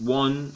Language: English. one